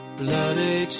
bloody